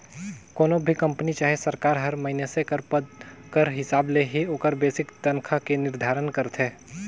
कोनो भी कंपनी चहे सरकार हर मइनसे कर पद कर हिसाब ले ही ओकर बेसिक तनखा के निरधारन करथे